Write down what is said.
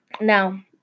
Now